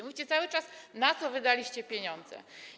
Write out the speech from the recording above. Mówicie cały czas, na co wydaliście pieniądze.